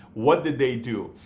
what did they do?